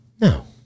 No